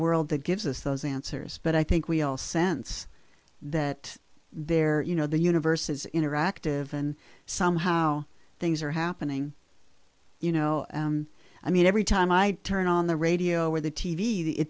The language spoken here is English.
world that gives us those answers but i think we all sense that there you know the universe is interactive and somehow things are happening you know i mean every time i turn on the radio or the t v the